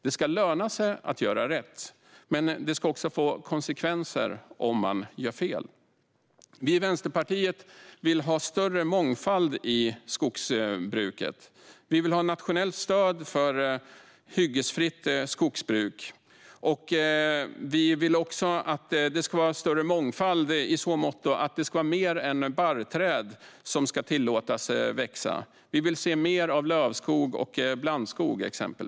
Det ska löna sig att göra rätt, men det ska också få konsekvenser om man gör fel. Vi i Vänsterpartiet vill ha större mångfald i skogsbruket. Vi vill ha ett nationellt stöd för hyggesfritt skogsbruk. Vi vill också att det ska vara större mångfald i så måtto att mer än barrträd ska tillåtas växa. Vi vill se mer av exempelvis lövskog och blandskog.